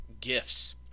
gifts